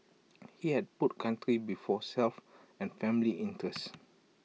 he had put country before self and family interest